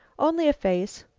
only a face.